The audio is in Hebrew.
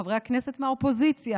לחברי הכנסת מהאופוזיציה